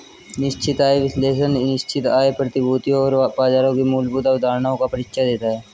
निश्चित आय विश्लेषण निश्चित आय प्रतिभूतियों और बाजारों की मूलभूत अवधारणाओं का परिचय देता है